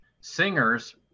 singers